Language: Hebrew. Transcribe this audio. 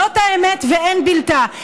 זאת האמת ואין בלתה.